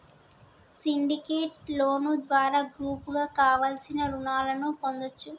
syndicate loan ద్వారా గ్రూపుగా కావలసిన రుణాలను పొందొచ్చు